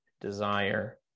desire